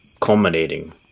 culminating